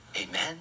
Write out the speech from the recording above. Amen